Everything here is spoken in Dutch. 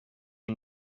een